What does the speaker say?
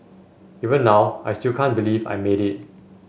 even now I still can't believe I made it